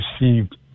received